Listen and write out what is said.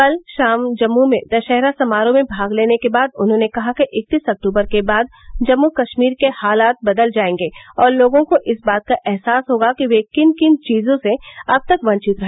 कल शाम जम्मू में दशहरा समारोह में भाग लेने के बाद उन्होंने कहा कि इकतीस अक्टूबर के बाद जम्मू कश्मीर के हालात बदल जायेंगे और लोगों को इस बात का अहसास होगा कि वे किन किन चीजों से अब तक वंचित रहे